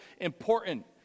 important